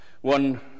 One